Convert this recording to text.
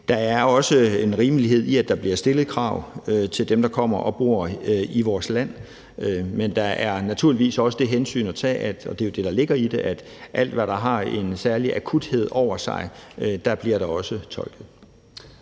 Der er også en rimelighed i, at der bliver stillet krav til dem, der kommer og bor i vores land, men der er naturligvis også det hensyn at tage – og det er jo det, der ligger i det – at alt, hvad der har en særlig akuthed over sig, også bliver tolket.